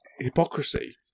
hypocrisy